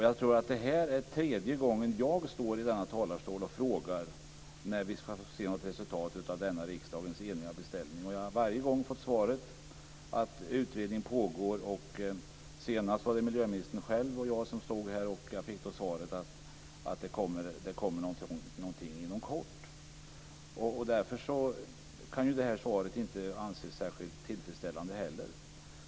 Jag tror att det här är tredje gången som jag står i riksdagens talarstol och frågar när vi ska få se något resultat av denna riksdagens enhälliga beställning. Varje gång har jag fått svaret att utredning pågår. Senast var det miljöministern själv och jag som diskuterade, och jag fick då svaret att det kommer ett besked inom kort. Därför kan inte heller interpellationssvaret anses tillfredsställande.